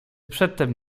przedtem